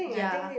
ya